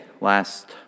last